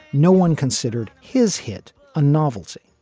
no one considered his hit a novelty.